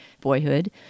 boyhood